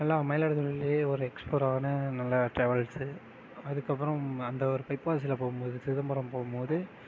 நல்லா மயிலாடுதுறையிலயே ஒரு எக்ஸ்பரான நல்ல டிராவல்ஸ்ஸு அதுக்கப்புறம் அந்த ஒரு பைபாஸில் போகும் போது சிதம்பரம் போகும் போது